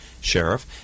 sheriff